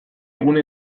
gune